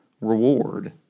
reward